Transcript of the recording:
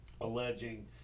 alleging